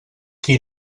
qui